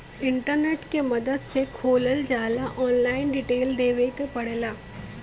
internet के मदद से खोलल जाला ऑनलाइन डिटेल देवे क पड़ेला